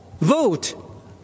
vote